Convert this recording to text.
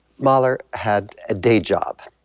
mahler had a day job.